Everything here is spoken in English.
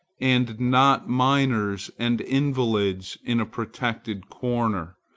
and not minors and invalids in a protected corner,